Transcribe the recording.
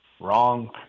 wrong